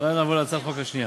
ואז נעבור להצעת החוק השנייה.